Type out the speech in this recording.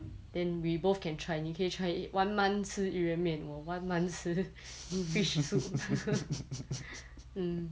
then we both can try 你可以 try one month 吃鱼圆面我 one month 吃 fish soup mm